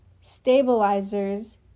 stabilizers